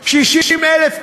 60,000,